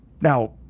Now